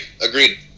agreed